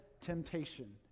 temptation